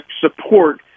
support